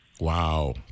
wow